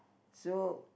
so